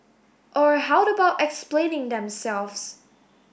or how about explaining themselves